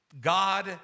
God